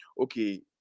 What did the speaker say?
okay